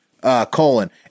colon